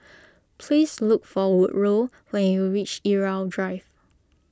please look for Woodroe when you reach Irau Drive